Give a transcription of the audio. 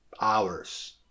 hours